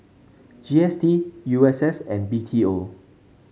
G S T U S S and B T O